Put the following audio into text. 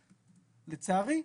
לצערי,